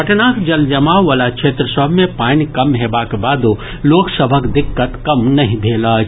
पटनाक जलजमाव वला क्षेत्र सभ मे पानि कम हेबाक बादो लोक सभक दिक्कत कम नहि भेल अछि